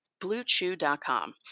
BlueChew.com